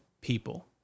people